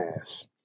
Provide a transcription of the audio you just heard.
ass